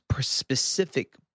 specific